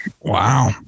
Wow